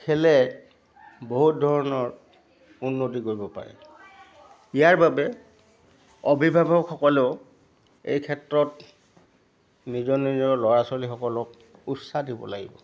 খেলে বহুত ধৰণৰ উন্নতি কৰিব পাৰে ইয়াৰ বাবে অভিভাৱকসকলেও এই ক্ষেত্ৰত নিজৰ নিজৰ ল'ৰা ছোৱালীসকলক উছাহ দিব লাগিব